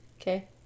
okay